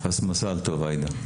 מזל טוב, עאידה.